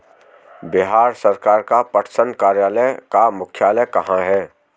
बिहार सरकार का पटसन कार्यालय का मुख्यालय कहाँ है?